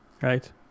right